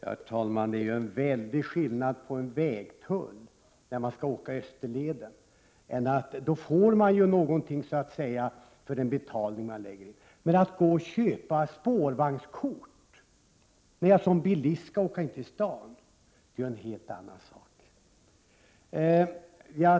Herr talman! Det är ju en väldig skillnad mellan att betala en vägtull och att som bilist vara tvungen att köpa ett SL-kort. När man skall betala för att få åka Österleden, får man ju ut någonting av pengarna. Det är en helt annan sak att köpa SL-kort för att få köra bil i innerstaden.